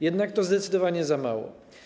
Jednak to zdecydowanie za mało.